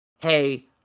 hey